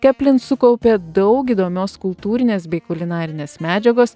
keplin sukaupė daug įdomios kultūrinės bei kulinarinės medžiagos